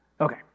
Okay